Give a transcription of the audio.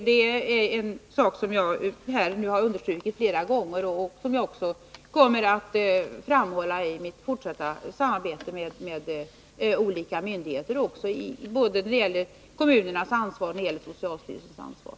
Det har jag nu understrukit flera gånger, och det kommer jag också att framhålla i mitt fortsatta samarbete med olika myndigheter när det gäller både kommunernas ansvar och socialstyrelsens ansvar.